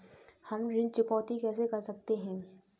हम ऋण चुकौती कैसे कर सकते हैं?